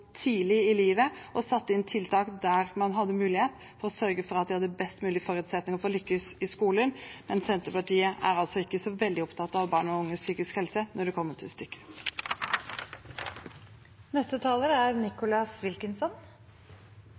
tidlig i livet deres og satte inn tiltak der man hadde mulighet til å sørge for at de hadde de best mulige forutsetninger for å lykkes på skolen. Men Senterpartiet er altså ikke så veldig opptatt av barn og unges psykiske helse når det kommer til stykket. Jeg er